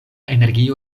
energio